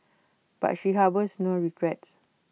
but she harbours no regrets